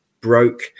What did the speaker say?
broke